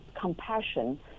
compassion